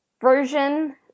version